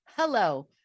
Hello